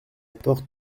porte